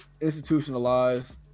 Institutionalized